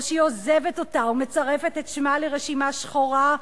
או שהיא עוזבת אותה ומצרפת את שמה לרשימה שחורה,